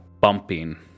bumping